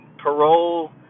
parole